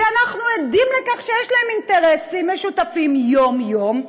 כי אנחנו עדים לכך שיש להם אינטרסים משותפים יום-יום,